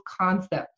concepts